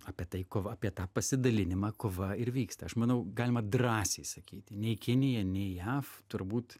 apie tai kova apie tą pasidalinimą kova ir vyksta aš manau galima drąsiai sakyti nei kinija nei jav turbūt